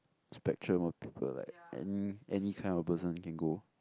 spectrum of people like any any kind of person you can go